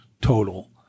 total